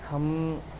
ہم